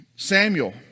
Samuel